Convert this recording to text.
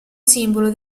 simbolo